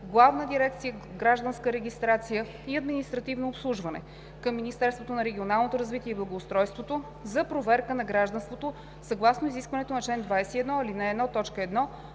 Главна дирекция „Гражданска регистрация и административно обслужване“ към Министерството на регионалното развитие и благоустройството за проверка на гражданството съгласно изискването на чл. 21, ал.